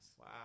wow